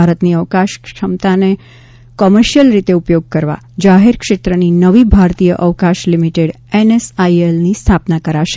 ભારતની અવકાશ ક્ષમતાનો કોમર્શીયલ રીતે ઉપયોગ કરવા જાહેરક્ષત્રની નવી ભારતીય અવકાશ લિમિટેડ એનએસઆઈએલની સ્થાપના કરાશે